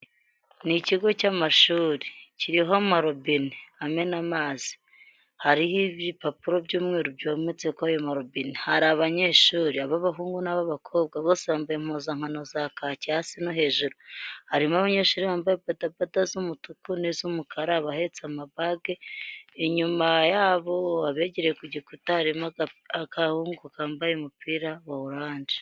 Ni ikigo cy'amashuri, kiriho amarobine, amena amazi, hariho ibipapuro by'umweru byometse kuri ayo marobine, hari abanyeshuri abahungu n'aba bakobwa base bambaye impuzankano za kaki hasi no hejuru, harimo abanyeshuri bambaye bodaboda z'umutuku n'iz'umukara, abahetse amabage inyuma yabo abegereye ku gikuta harimo agahungu kambaye umupira wa orange.